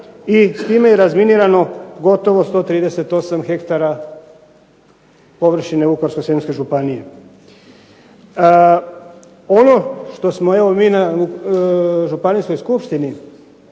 i s time je razminirano gotovo 138 hektara površine Vukovarsko-srijemske županije. Ono što smo evo mi na županijskoj skupštini